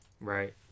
Right